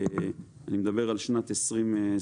אני מדבר על שנת 2021,